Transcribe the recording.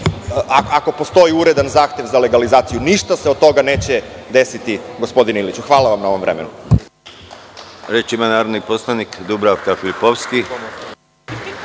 ako postoji uredan zahtev za legalizaciju, ništa se od toga neće desiti, gospodine Iliću. Hvala vam na ovom vremenu. **Konstantin Arsenović** Reč ima narodni poslanik Dubravka Filipovski.